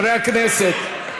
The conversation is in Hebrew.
חברי הכנסת,